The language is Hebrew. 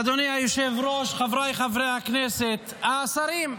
אדוני היושב-ראש, חבריי חברי הכנסת, השרים,